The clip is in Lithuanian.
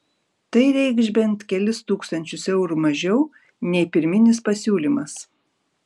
tai reikš bent kelis tūkstančius eurų mažiau nei pirminis pasiūlymas